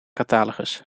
catalogus